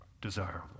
desirable